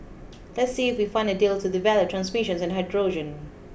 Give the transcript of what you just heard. let's see we find a deal to develop transmissions and hydrogen